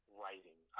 writing